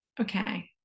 okay